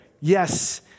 yes